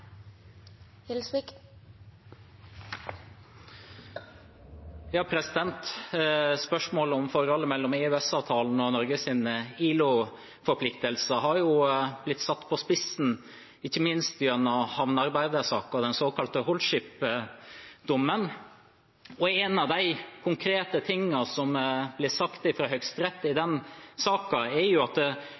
Spørsmålet om forholdet mellom EØS-avtalen og Norges ILO-forpliktelser har blitt satt på spissen ikke minst gjennom havnearbeidersaken, dommen i den såkalte Holship-saken, og en av de konkrete tingene som ble sagt fra Høyesteretts side i den saken, er at